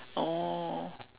oh